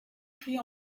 pris